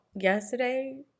yesterday